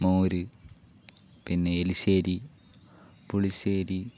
മോര് പിന്നെ എരിശ്ശേരി പുളിശ്ശേരി